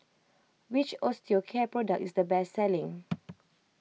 which Osteocare product is the best selling